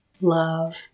love